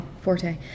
forte